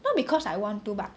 not because I want to but